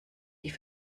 die